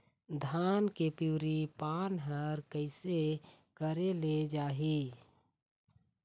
धान के पिवरी पान हर कइसे करेले जाही?